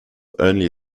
only